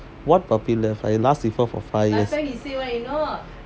what puppy love last with her for five years